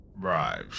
Right